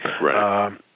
Right